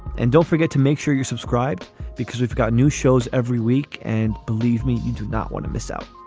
and don't forget to make sure you're subscribed because we've got new shows every week. and believe me, you do not want to miss out.